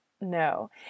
no